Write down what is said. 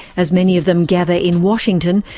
as many of them gather in washington,